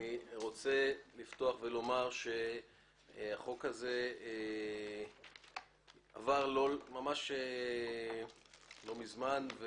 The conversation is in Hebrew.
החוק הזה עבר ממש לא מזמן.